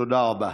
תודה רבה.